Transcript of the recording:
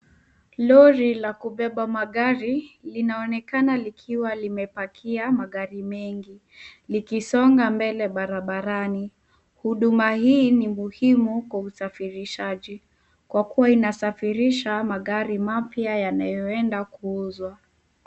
Lori la kubeba magari, linaonekana likiwa limepakia magari mengi, likisonga mbele barabarani. Huduma hii ni muhimu kwa usafirishaji, kwa kuwa inasafirisha magari mapya yanayoenda kuuzwa.